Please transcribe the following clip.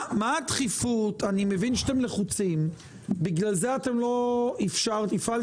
אני מבין שאתם לחוצים ולכן אתם הפעלתם